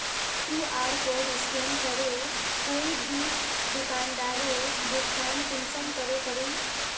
QR code scan करे कोई भी दुकानदारोक भुगतान कुंसम करे करूम?